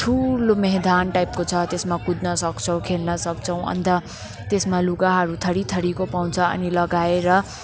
ठुलो मैदान टाइपको छ त्यसमा कुद्न सक्छौँ खेल्न सक्छौँ अन्त त्यसमा लुगाहरू थरी थरीको पाउँछ अनि लगाएर